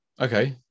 okay